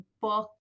book